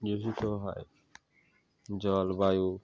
দূষিত হয় জলবায়ু